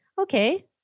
okay